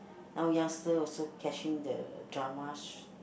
now youngster also catching the dramas